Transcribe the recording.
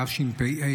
תשפ"ה,